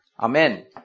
Amen